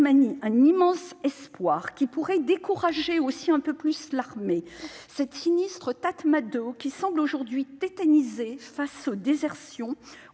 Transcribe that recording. un immense espoir, de nature à décourager un peu plus l'armée, cette sinistre, qui semble aujourd'hui tétanisée face aux désertions